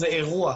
זה אירוע.